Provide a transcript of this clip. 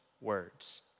words